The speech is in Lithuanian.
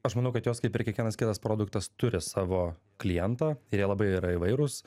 aš manau kad jos kaip ir kiekvienas kitas produktas turi savo klientą ir jie labai yra įvairūs